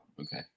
Okay